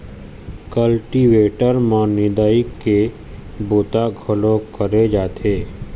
cultivator म निंदई के बूता घलोक करे जाथे